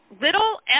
little